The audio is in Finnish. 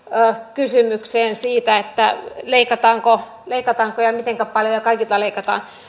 kysymykseen siitä että leikataanko leikataanko ja mitenkä paljon kaikilta leikataan